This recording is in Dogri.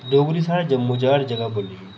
डोगरी साढ़े जम्मू च हर जगह बोली जंदी